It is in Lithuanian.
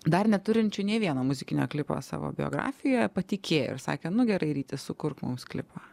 dar neturinčiu nei vieno muzikinio klipo savo biografijoje patikėjo ir sakė nu gerai ryti sukurk mums klipą